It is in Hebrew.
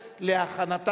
בעד,